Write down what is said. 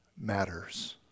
matters